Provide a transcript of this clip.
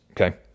Okay